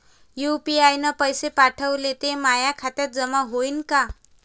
UPI न पैसे पाठवले, ते माया खात्यात जमा होईन का?